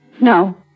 No